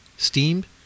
steamed